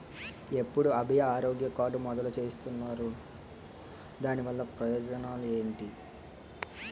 ఎప్పుడు అభయ ఆరోగ్య కార్డ్ మొదలు చేస్తున్నారు? దాని వల్ల ప్రయోజనాలు ఎంటి?